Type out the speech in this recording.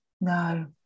no